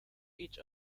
each